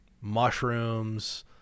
mushrooms